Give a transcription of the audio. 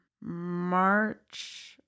March